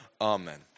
Amen